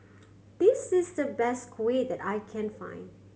this is the best Kuih that I can find